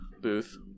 booth